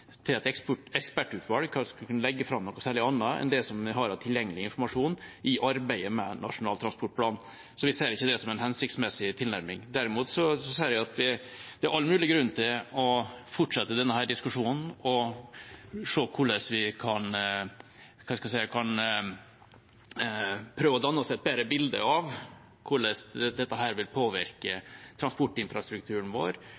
til at et ekspertutvalg skal kunne legge fram noe særlig annet enn det vi alt har av tilgjengelig informasjon i arbeidet med Nasjonal transportplan. Så vi ser ikke det som en hensiktsmessig tilnærming. Derimot ser vi at det er all mulig grunn til å fortsette denne diskusjonen og se på hvordan vi kan prøve å danne oss et bedre bilde av hvordan dette vil påvirke transportinfrastrukturen vår,